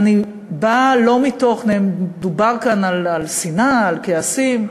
אני באה לא מתוך, דובר כאן על שנאה, כעסים,